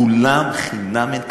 כולם חינם אין כסף,